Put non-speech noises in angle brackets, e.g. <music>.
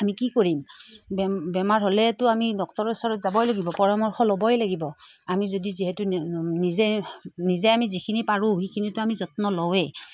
আমি কি কৰিম বেমাৰ হ'লেতো আমি ডাক্তৰৰ ওচৰত যাবই লাগিব পৰামৰ্শ ল'বই লাগিব আমি যদি যিহেতু <unintelligible> নিজে নিজে আমি যিখিনি পাৰোঁ সেইখিনিতো আমি যত্ন লওঁৱেই